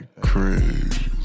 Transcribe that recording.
crazy